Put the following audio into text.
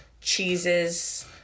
cheeses